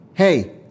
Hey